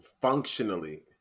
functionally